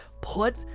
put